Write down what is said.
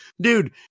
dude